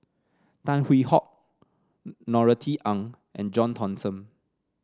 Tan Hwee Hock Norothy Ng and John Thomson